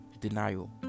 denial